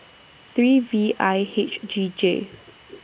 three V I H G J